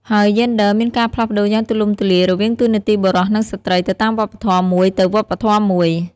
ហើយយេនឌ័រមានការផ្លាស់ប្តូរយ៉ាងទូលំទូលាយរវាងតួនាទីបុរស និងស្រ្តីទៅតាមវប្បធម៌មួយទៅវប្បធម៌មួយ ។